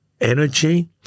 energy